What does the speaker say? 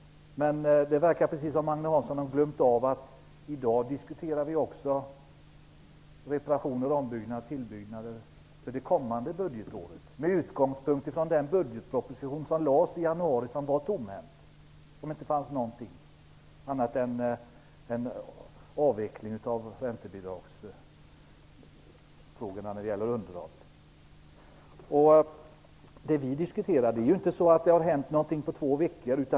Men det verkar som om Agne Hansson har glömt bort att vi i dag också diskuterar reparationer, ombyggnader och tillbyggnader för det kommande budgetåret. Det gör vi med utgångspunkt i den budgetproposition som lades fram i januari. Den var tomhänt. Det fanns inget annat i den än avvecklingen av räntebidragen för underhåll. Det har inte hänt något på två veckor.